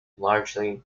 largely